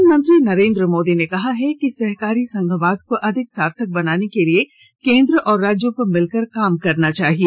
प्रधानमंत्री नरेन्द्र मोदी ने कहा है कि सहकारी संघवाद को अधिक सार्थक बनाने के लिए केंद्र और राज्यों को मिलकर काम करना चाहिए